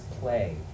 play